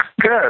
good